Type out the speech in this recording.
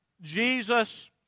Jesus